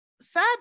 sad